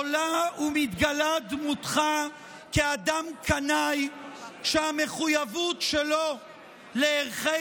עולה ומתגלה דמותך כאדם קנאי שהמחויבות שלו לערכי